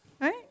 right